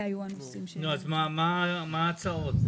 אז מה ההצעות?